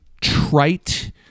trite